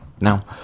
Now